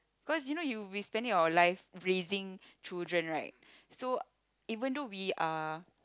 cause you know you we spending our life raising children right so even though we are